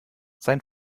sein